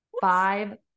Five